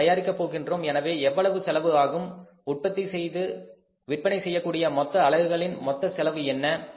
நாம் தயாரிக்கப் போகின்றோம் எனவே எவ்வளவு செலவு ஆகும் உற்பத்தி செய்து விற்பனை செய்யக்கூடிய மொத்த அலகுகளில் மொத்த செலவு என்ன